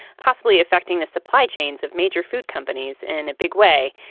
possibly affecting the supply chains of major food companies in a big way.